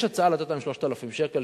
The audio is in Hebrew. יש הצעה לתת להם 3,000 שקל,